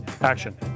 action